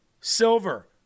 silver